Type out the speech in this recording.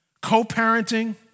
co-parenting